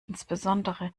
insbesondere